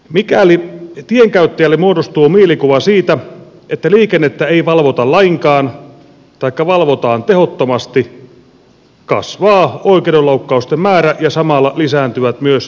mikäli tienkäyttäjälle muodostuu mielikuva siitä että liikennettä ei valvota lainkaan taikka valvotaan tehottomasti kasvaa oikeudenloukkausten määrä ja samalla lisääntyvät myös liikenneonnettomuudet